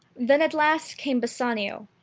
then at last came bassanio,